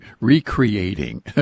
recreating